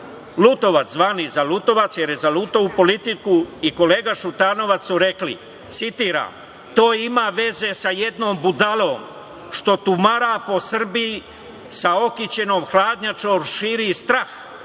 Lutovac, zvani "zalutovac" jer je zalutao u politiku i kolega Šutanovac su rekli, citiram: "To ima veze sa jednom budalom što tumara po Srbiji sa okićenom hladnjačom širi strah,